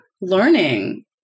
learning